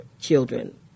children